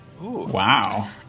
Wow